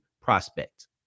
prospect